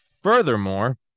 Furthermore